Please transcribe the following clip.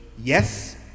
yes